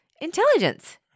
intelligence